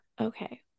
Okay